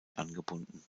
angebunden